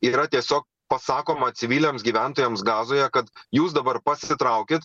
yra tiesiog pasakoma civiliams gyventojams gazoje kad jūs dabar pasitraukit